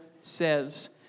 says